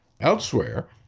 elsewhere